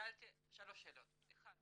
שאלתי שלוש שאלות: אחת